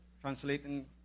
translating